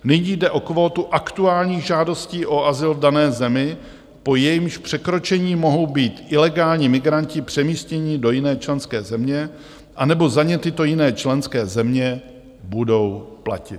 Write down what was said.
Nyní jde o kvótu aktuálních žádostí o azyl v dané zemi, po jejímž překročení mohou být ilegální migranti přemístěni do jiné členské země, anebo za ně tyto jiné členské země budou platit.